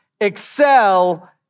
excel